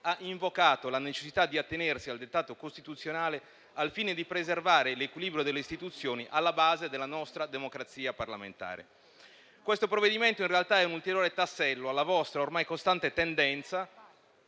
ha invocato la necessità di attenersi al Dettato costituzionale al fine di preservare l'equilibrio delle istituzioni alla base della nostra democrazia parlamentare. Questo provvedimento, in realtà, è un ulteriore tassello alla vostra ormai costante tendenza